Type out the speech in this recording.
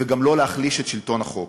וגם לא להחליש את שלטון החוק.